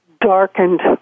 darkened